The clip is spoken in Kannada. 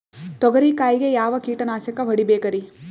ತೊಗರಿ ಕಾಯಿಗೆ ಯಾವ ಕೀಟನಾಶಕ ಹೊಡಿಬೇಕರಿ?